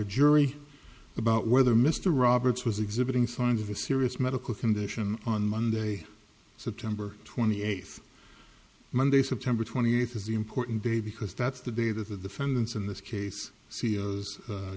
a jury about whether mr roberts was exhibiting signs of a serious medical condition on monday september twenty eighth monday september twenty eighth is the important day because that's the day that the defendants in this case